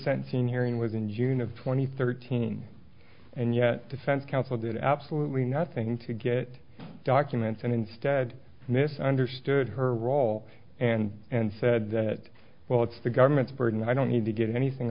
sense in hearing was in june of two thousand and thirteen and yet defense counsel did absolutely nothing to get documents and instead mis understood her role and and said that well it's the government's burden i don't need to get anything